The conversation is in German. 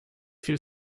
viel